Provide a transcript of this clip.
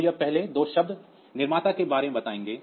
तो ये पहले 2 शब्द निर्माता के बारे में बताएंगे